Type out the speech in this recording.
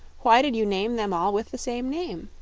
why did you name them all with the same name?